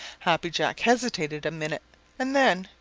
happy jack hesitated a minute and then,